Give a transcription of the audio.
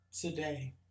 today